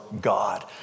God